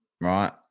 right